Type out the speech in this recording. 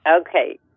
Okay